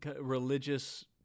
religious